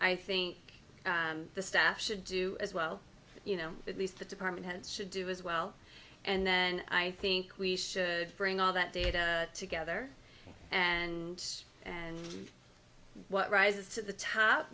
i think the staff should do as well you know at least the department heads should do as well and i think we should bring all that data together and and what rises to the top